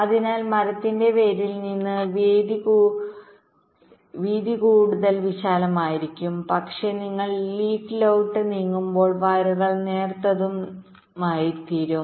അതിനാൽ മരത്തിന്റെ വേരിൽ നിന്ന് വീതി കൂടുതൽ വിശാലമായിരിക്കും പക്ഷേ നിങ്ങൾ ലീഫ് ലേക്ക് നീങ്ങുമ്പോൾ വയറുകൾ നേർത്തതും നേർത്തതുമായിത്തീരും